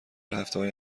هفتههای